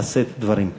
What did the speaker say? לשאת דברים.